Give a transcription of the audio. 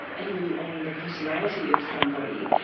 and even on the personality of somebody,